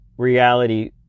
reality